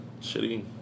shitty